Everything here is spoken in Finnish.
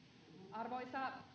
arvoisa